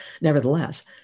nevertheless